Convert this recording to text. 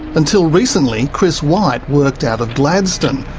until recently, chris white worked out of gladstone,